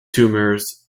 tumors